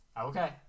Okay